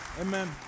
Amen